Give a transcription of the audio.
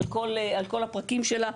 על כל הפרקים שלה.